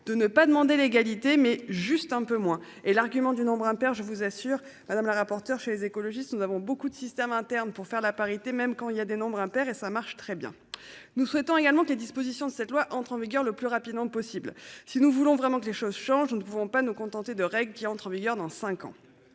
de ne pas demander l'égalité mais juste un peu moins et l'argument du nombre impair. Je vous assure madame la rapporteure chez les écologistes. Nous avons beaucoup de systèmes internes pour faire la parité, même quand il y a des nombres impairs et ça marche très bien. Nous souhaitons également que les dispositions de cette loi entre en vigueur le plus rapidement possible. Si nous voulons vraiment que les choses changent. Nous ne pouvons pas nous contenter de règles qui entrent en vigueur dans 5 ans.